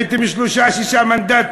הייתם שלושה עד שישה מנדטים.